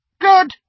Good